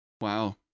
Wow